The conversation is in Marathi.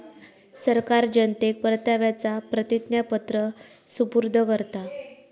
सरकार जनतेक परताव्याचा प्रतिज्ञापत्र सुपूर्द करता